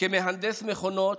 כמהנדס מכונות,